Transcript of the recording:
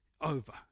over